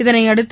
இதளையடுத்து